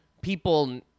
people